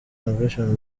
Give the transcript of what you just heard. convention